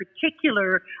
particular